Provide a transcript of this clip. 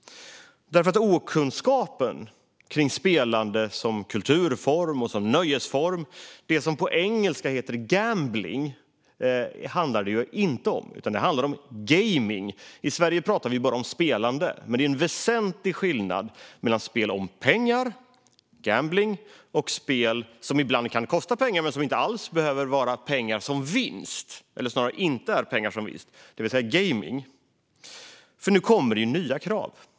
Det finns en okunskap om spelande som kulturform och nöjesform. Det handlar inte om det som på engelska heter gambling, utan det handlar om gejming. I Sverige talar vi bara om spelande. Men det är en väsentlig skillnad mellan spel om pengar, gambling, och spel som ibland kan kosta pengar men som inte alls behöver vara med pengar som vinst, eller snarare inte är med pengar som vinst, det vill säga gejming. Nu kommer det nya krav.